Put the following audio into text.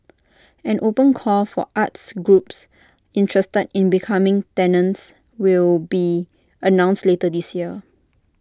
an open call for arts groups interested in becoming tenants will be announced later this year